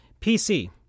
PC